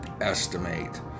estimate